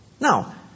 Now